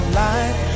light